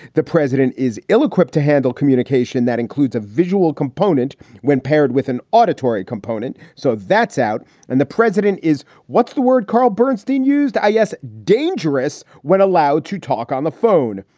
the president is ill equipped to handle communication. that includes a visual component when paired with an auditory component. so that's out. and the president is what's the word carl bernstein used? yes. dangerous when allowed to talk on the phone.